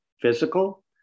physical